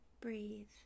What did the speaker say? breathe